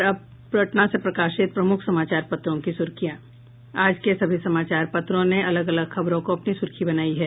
और अब पटना से प्रकाशित प्रमुख समाचार पत्रों की सुर्खियां आज के सभी समाचार पत्रों ने अलग अलग खबरों को अपनी सुर्खी बनायी है